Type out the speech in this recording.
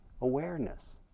awareness